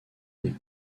des